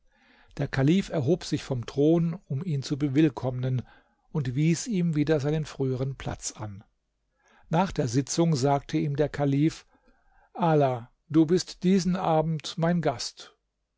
der kalif erhob sich vom thron um ihn zu bewillkommnen und wies ihm wieder seinen frühern platz an nach der sitzung sagte ihm der kalif ala du bist diesen abend mein gast